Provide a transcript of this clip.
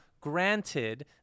Granted